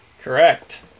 Correct